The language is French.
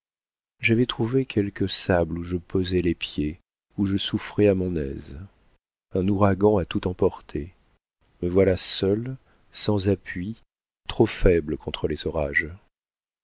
j'avais trouvé quelques sables où je posais les pieds où je souffrais à mon aise un ouragan a tout emporté me voilà seule sans appui trop faible contre les orages